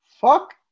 Fuck